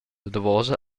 davosa